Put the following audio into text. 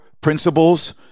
principles